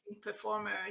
performer